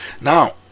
Now